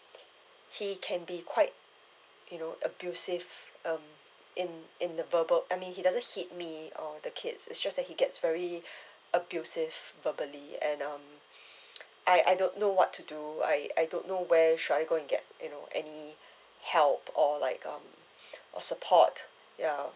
he can be quite you know abusive um in in the verbal I mean he doesn't hit me or the kids it's just that he gets very abusive verbally and um I I don't know what to do I I don't know where should I go and get you know any help or like um or support yeah